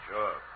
Sure